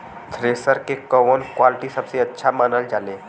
Thresher के कवन quality सबसे अच्छा मानल जाले?